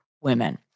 women